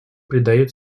придает